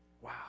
Wow